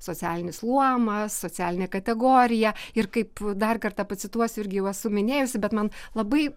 socialinis luomas socialinė kategorija ir kaip dar kartą pacituosiu irgi jau esu minėjusi bet man labai